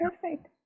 perfect